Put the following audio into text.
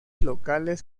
locales